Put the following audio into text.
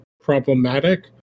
problematic